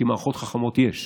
כי מערכות חכמות יש,